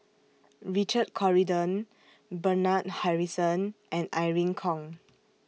Richard Corridon Bernard Harrison and Irene Khong